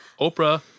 Oprah